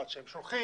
עד שהם שולחים,